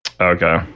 Okay